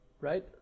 right